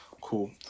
Cool